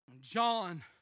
John